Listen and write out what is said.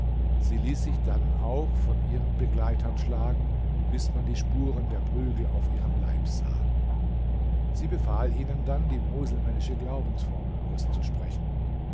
sie ließ sich dann auch von ihren begleitern schlagen bis man die spuren der prügel auf ihrem leib sah sie befahl ihnen dann die muselmännische glaubensformel auszusprechen